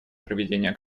проведения